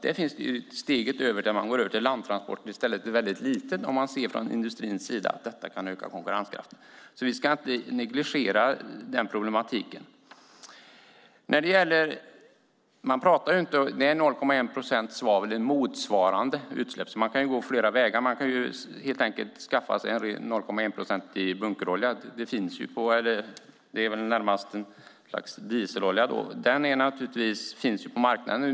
Där blir steget över till landtransporter i stället väldigt litet, om man ser det från industrins sida. Detta kan öka konkurrenskraften. Vi ska inte negligera den problematiken. Det handlar om 0,1 procent svavel eller motsvarande utsläpp. Man kan gå flera vägar. Man kan helt enkelt skaffa sig 0,1-procentig bunkerolja. Det är väl närmast en sorts dieselolja. Den finns naturligtvis på marknaden.